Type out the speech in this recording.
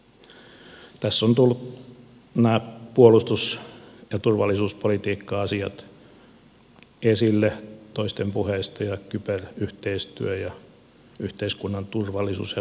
tässä ovat tulleet nämä puolustus ja turvallisuuspolitiikka asiat esille toisten puheista ja kyberyhteistyö ja yhteiskunnan turvallisuus ja huoltovarmuus